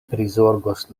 prizorgos